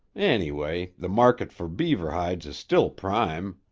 anyway, the market fer beaver hides is still prime.